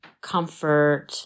comfort